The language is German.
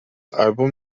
album